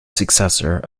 successor